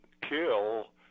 kill